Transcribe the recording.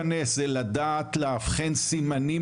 יושב אצלך פה והוא החליט לפני יומיים שצוק איתן פרץ באשמתו.